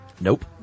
Nope